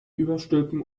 überstülpen